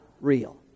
real